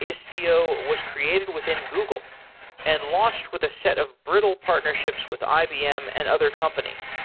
istio was created within google and launched with a set of brittle partnerships with ibm and other companies.